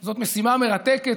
זה משימה מרתקת.